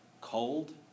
cold